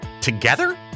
together